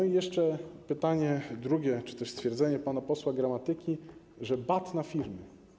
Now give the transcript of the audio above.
I jeszcze pytanie drugie czy też stwierdzenie pana posła Gramatyki, że to bat na firmy.